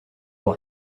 will